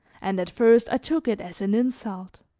and at first i took it as an insult.